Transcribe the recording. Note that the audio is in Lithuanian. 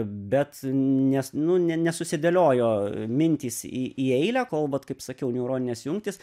bet nes nu ne nesusidėliojo mintys į į eilę kol vat kaip sakiau neuroninės jungtys